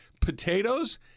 potatoes